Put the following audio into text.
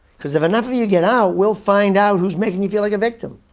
because if enough of you get out, we'll find out who's making you feel like a victim.